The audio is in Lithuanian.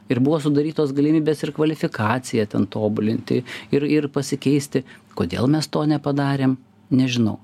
ir buvo sudarytos galimybės ir kvalifikaciją ten tobulinti ir ir pasikeisti kodėl mes to nepadarėm nežinau